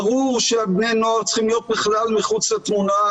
ברור שבני הנוער צריכים להיות בכלל מחוץ לתמונה,